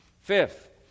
Fifth